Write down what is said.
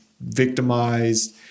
victimized